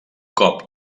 cop